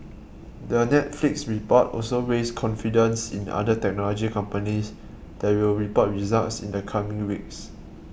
the Netflix report also raised confidence in other technology companies that will report results in the coming weeks